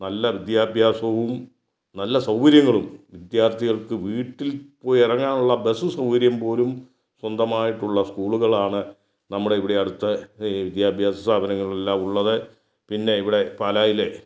നല്ല വിദ്യാഭ്യസവും നല്ല സൗകര്യങ്ങളും വിദ്യാർഥികൾക്ക് വീട്ടിൽ പോയിറങ്ങാനുള്ള ബസ് സൗകാര്യം പോലും സ്വന്തമായിട്ടുള്ള സ്കൂളുകളാണ് നമ്മുടെ ഇവിടെ അടുത്ത് വിദ്യാഭ്യാസ സ്ഥാപനങ്ങളിലെല്ലാം ഉള്ളത് പിന്നെ ഇവിടെ പാലായിൽ